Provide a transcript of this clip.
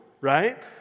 right